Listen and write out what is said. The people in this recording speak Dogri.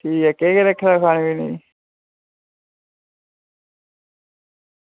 ठीक ऐ केह् केह् रक्खे दा खाने पीने गी